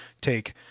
take